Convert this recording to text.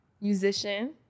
musician